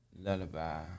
Lullaby